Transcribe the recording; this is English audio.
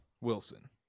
Wilson